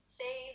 say